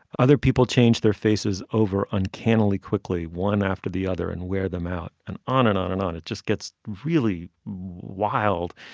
other people change their faces over uncannily quickly one after the other and wear them out and on and on and on it just gets really wild.